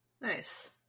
Nice